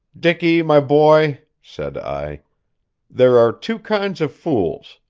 dicky, my boy, said i there are two kinds of fools.